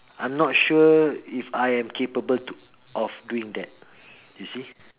I'm not sure if I am capable to of doing that you see